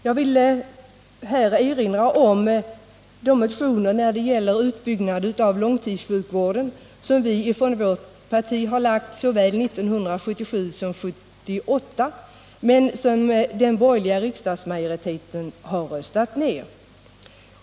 Jag vill erinra om de motioner om utbyggnad av långtidssjukvården som vårt parti lagt fram såväl 1977 som 1978 men som den borgerliga riksdagsmajoriteten röstat ned.